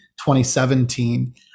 2017